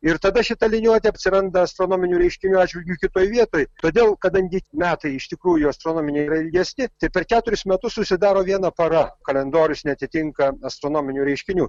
ir tada šita liniuotė atsiranda astronominių reiškinių atžvilgiu kitoj vietoj todėl kadangi metai iš tikrųjų astronominiai yra ilgesni tai per keturis metus susidaro viena para kalendorius neatitinka astronominių reiškinių